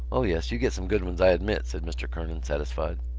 o yes, you get some good ones, i admit, said mr. kernan, satisfied.